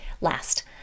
Last